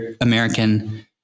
American